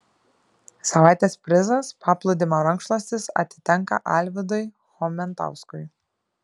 savaitės prizas paplūdimio rankšluostis atitenka alvydui chomentauskui